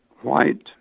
white